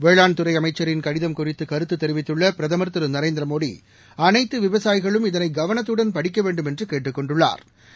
வேளாண்துறை அமைச்சின் கடிதம் குறித்து கருத்து தெரிவித்துள்ள பிரதம் திரு நரேந்திரமோடி அனைத்து விவசாயிகளும் இதனை கவனத்துடன் படிக்க வேண்டுமென்று கேட்டுக் கொண்டுள்ளாா்